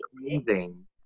amazing